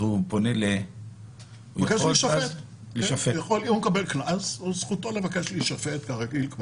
אם הוא מקבל קנס, זכותו לבקש להישפט, כרגיל.